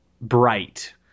bright